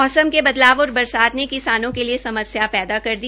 मौसम के बदलाव और बरसात ने किसानों के लिए समस्या पैदा कर दी